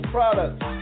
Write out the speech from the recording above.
Products